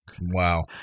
Wow